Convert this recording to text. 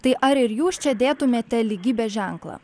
tai ar ir jūs čia dėtumėte lygybės ženklą